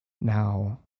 Now